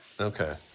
okay